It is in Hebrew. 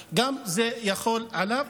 זה יחול גם עליו.